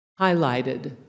highlighted